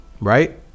right